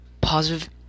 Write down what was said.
positive